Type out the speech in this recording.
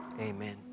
Amen